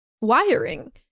wiring